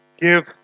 Give